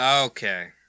Okay